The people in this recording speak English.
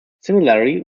similarly